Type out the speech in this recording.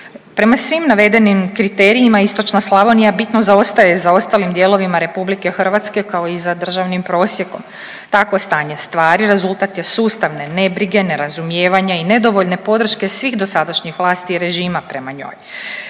Prema svim navedenim kriterijima, istočna Slavonija bitno zaostaje za ostalim dijelovima RH, kao i za državnim prosjekom. Takvo stanje stvari rezultat je sustavne nebrige, nerazumijevanja i nedovoljne podrške svih dosadašnjih vlasti i režima prema njoj.